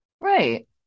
right